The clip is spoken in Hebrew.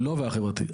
לא בפריפריה החברתית.